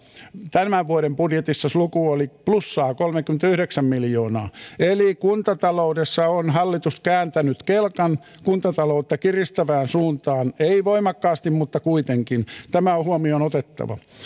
tämän vuoden budjetissa se luku oli plussaa kolmekymmentäyhdeksän miljoonaa eli kuntataloudessa on hallitus kääntänyt kelkan kuntataloutta kiristävään suuntaan ei voimakkaasti mutta kuitenkin tämä on huomioon otettava